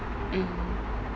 mmhmm